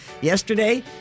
Yesterday